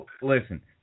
listen